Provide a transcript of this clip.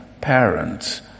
parents